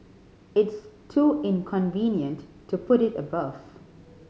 it's too inconvenient to put it above